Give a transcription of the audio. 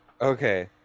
Okay